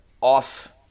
off